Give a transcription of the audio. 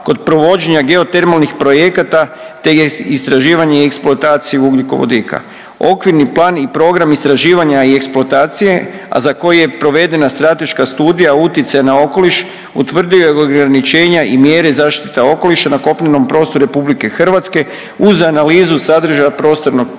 kod provođenja geotermalnih projekata, te istraživanje i eksploataciju ugljikovodika. Okvirni plan i program istraživanja i eksploatacije, a za koji je provedena strateška Studija utjecaja na okoliš utvrdio je ograničenja i mjere zaštite okoliša na kopnenom prostoru RH uz analizu sadržaja prostornog planiranja,